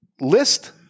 List